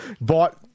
bought